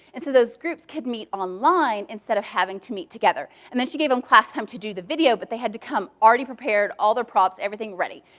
and so those groups could meet online instead of having to meet together. and then she gave them class time to do the video, but they had to come already prepared, all their props, everything ready.